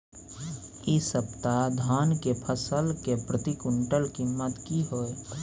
इ सप्ताह धान के फसल के प्रति क्विंटल कीमत की हय?